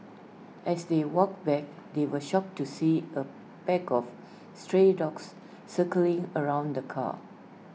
as they walked back they were shocked to see A pack of stray dogs circling around the car